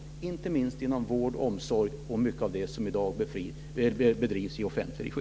Det gäller inte minst inom vård och omsorg och många av de verksamheter som i dag bedrivs i offentlig regi.